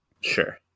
Sure